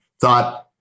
thought